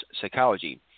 Psychology